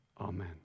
amen